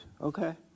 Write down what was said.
Okay